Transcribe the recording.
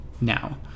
now